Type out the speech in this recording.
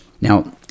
Now